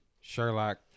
Sherlock